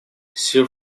sir